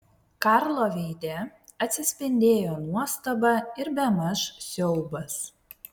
karlo veide atsispindėjo nuostaba ir bemaž siaubas